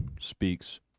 speaks